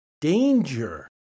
danger